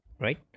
right